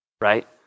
right